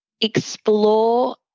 explore